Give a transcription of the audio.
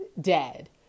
dead